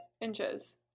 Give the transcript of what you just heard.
inches